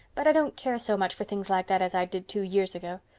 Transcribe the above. but i don't care so much for things like that as i did two years ago.